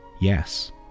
Yes